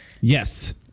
Yes